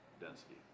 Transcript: density